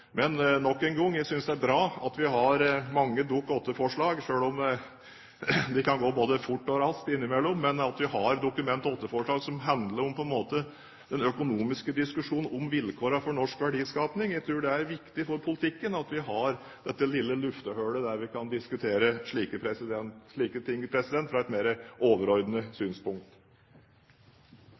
Men nok en gang: Jeg synes det er bra at vi har mange Dokument 8-forslag – selv om det kan gå både fort og raskt innimellom – at vi har Dokument 8-forslag som handler om den økonomiske diskusjonen, om vilkårene for norsk verdiskaping. Jeg tror det er viktig for politikken at vi har dette lille lufthullet der vi kan diskutere slik ting fra et mer overordnet synspunkt.